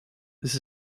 this